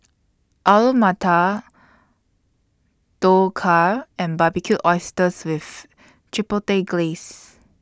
Alu Matar Dhokla and Barbecued Oysters with Chipotle Glaze